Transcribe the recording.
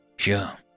Sure